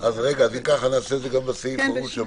אם כך, נעשה את זה גם בסעיף ההוא.